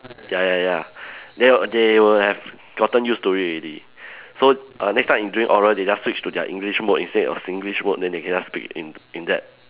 ya ya ya then they will have gotten use to it already so err next time in during oral they just switch to their English mode instead of Singlish mode then they can just speak in in that